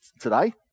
today